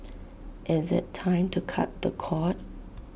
is IT time to cut the cord